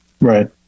Right